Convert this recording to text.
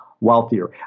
wealthier